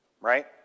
right